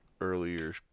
earlier